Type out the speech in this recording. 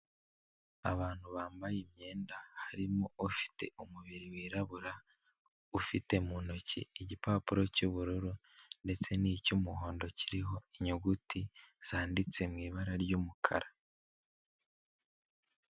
Abantu bambaye imyenda, harimo ufite umubiri wirabura, ufite mu ntoki igipapuro cy'ubururu ndetse n'icy'umuhondo, kiriho inyuguti zanditse mu ibara ry'umukara.